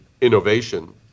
innovation